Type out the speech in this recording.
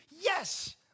Yes